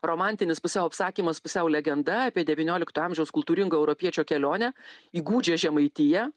romantinis pusiau apsakymas pusiau legenda apie devyniolikto amžiaus kultūringo europiečio kelionę į gūdžią žemaitiją